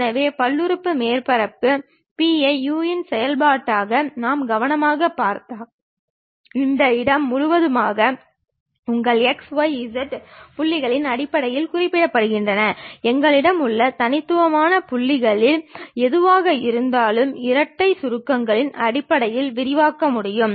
எனவே பல்லுறுப்புறுப்பு மேற்பரப்பு P ஐ u இன் செயல்பாடாக நாம் கவனமாகப் பார்த்தால் இந்த இடம் முழுவதும் உங்கள் x y z புள்ளிகளின் அடிப்படையில் குறிப்பிடப்படுகிறது எங்களிடம் உள்ள தனித்துவமான புள்ளிகள் எதுவாக இருந்தாலும் இரட்டை சுருக்கத்தின் அடிப்படையில் விரிவாக்க முடியும்